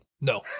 No